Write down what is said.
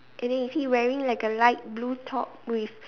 and then is he wearing like a light blue top with